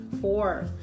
Four